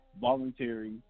voluntary